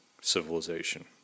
civilization